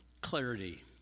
clarity